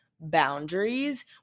boundaries